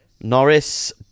Norris